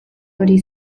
hori